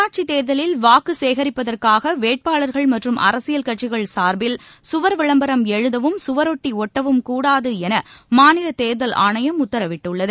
உள்ளாட்சித் தேர்தலில் வாக்கு சேகரிப்பதற்காக வேட்பாளர்கள் மற்றும் அரசியல் கட்சிகள் சார்பில் சுவர் விளம்பரம் எழுதவும் சுவரொட்டி ஒட்டவும் கூடாது என மாநிலத் தேர்தல் ஆணையம் உத்தரவிட்டுள்ளது